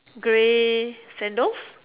grey sandals